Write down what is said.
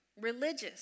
religious